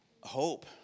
Hope